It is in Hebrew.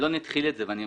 אלון התחיל ואני אמשיך.